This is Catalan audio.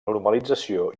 normalització